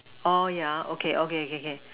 orh yeah okay okay okay okay